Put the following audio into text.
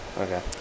Okay